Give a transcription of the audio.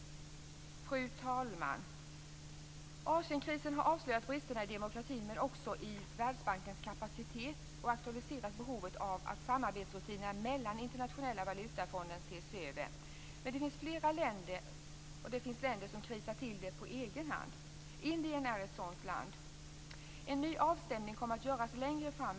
Fru talman! Asienkrisen har avslöjat bristerna i demokratin men också Världsbankens kapacitet och aktualiserat behovet av att samarbetsrutinerna med Internationella valutafonden ses över. Men det finns länder som krisar till det på egen hand. Indien är ett sådant land. En ny avstämning kommer att göras längre fram.